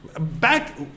back